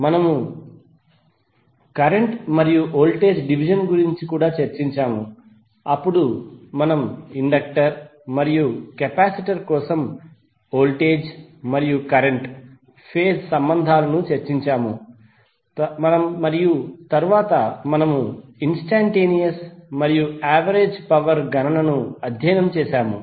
మనము కరెంట్ మరియు voltage division గురించి కూడా చర్చించాము అప్పుడు మనము ఇండక్టర్ మరియు కెపాసిటర్ కోసం వోల్టేజ్ మరియు కరెంట్ ఫేజ్ సంబంధాలను చర్చించాము మరియు తరువాత మనము ఇన్స్టంటేనియస్ మరియు యావరేజ్ పవర్ గణనను అధ్యయనం చేశాము